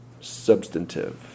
substantive